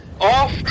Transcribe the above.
Off